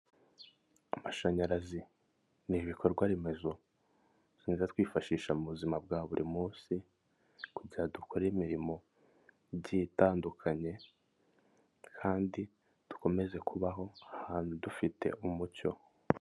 Amashanyarazi ni ibikorwa remezo tuza twifashisha mu buzima bwa buri munsi kugira dukora imirimo igiye itandukanye kandi dukomeze kubaho ahantu dufite umucyo.